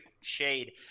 shade